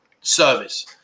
service